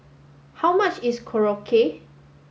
how much is Korokke